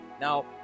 Now